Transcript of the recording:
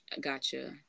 Gotcha